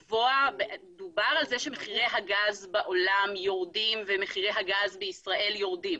דובר על זה שמחירי הגז בעולם יורדים ומחירי הגז בישראל יורדים.